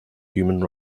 human